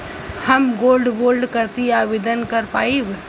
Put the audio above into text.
हम gold bond करती आवेदन कर पाईब?